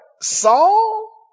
Saul